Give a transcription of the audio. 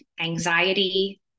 anxiety